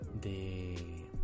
...de